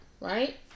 right